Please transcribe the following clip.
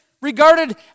regarded